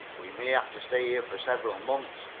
we may have to stay here for several months,